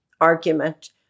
argument